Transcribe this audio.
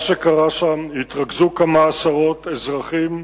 מה שקרה שם, התרכזו כמה עשרות אזרחים,